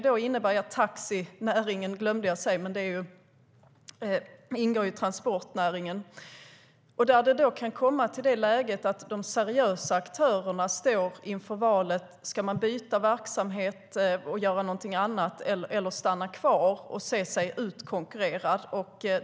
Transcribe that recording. Det kan komma till ett läge där de seriösa aktörerna står inför valet att byta verksamhet och göra något annat eller att stanna kvar och se sig utkonkurrerade.